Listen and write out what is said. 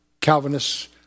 Calvinists